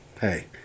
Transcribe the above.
Hey